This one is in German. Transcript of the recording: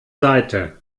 seite